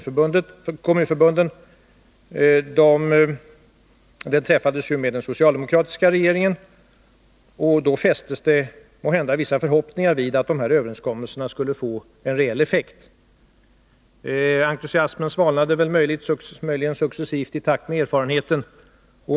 förbund träffades med den socialdemokratiska regeringen, och då fästes det måhända vissa förhoppningar vid att dessa överenskommelser skulle få en reell effekt. Entusiasmen svalnade möjligen successivt i takt med erfarenheterna.